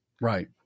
Right